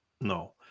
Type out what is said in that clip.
no